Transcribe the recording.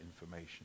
information